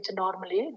normally